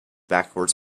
backwards